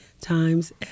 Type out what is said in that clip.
times